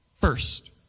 First